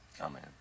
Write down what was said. Amen